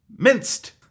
Minced